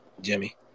Jimmy